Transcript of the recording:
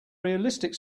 realistic